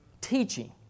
teaching